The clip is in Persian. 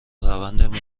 روند